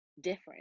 different